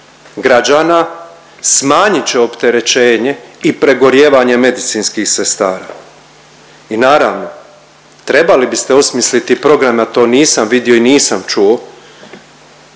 građana, smanjit će opterećenje i pregorijevanje medicinskih sestara. I naravno trebali biste osmisliti programe to nisam vidio i nisam čuo,